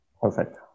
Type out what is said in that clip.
Perfect